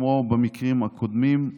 כמו במקרים הקודמים,